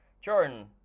Jordan